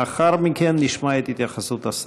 לאחר מכן נשמע את התייחסות השר.